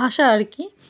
ভাষা আর কি